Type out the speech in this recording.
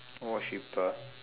or cheaper